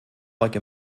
like